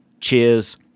Cheers